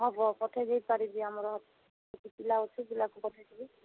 ହେବ ପଠେଇ ଦେଇପାରିବି ଆମର ଏଠି ପିଲା ଅଛି ପିଲାକୁ ପଠେଇଦେବି